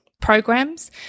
programs